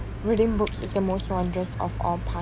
reading books is the most wondrous of all time